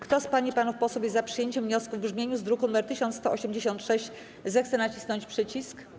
Kto z pań i panów posłów jest za przyjęciem wniosku w brzmieniu z druku nr 1186, zechce nacisnąć przycisk.